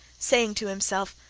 saying to himself,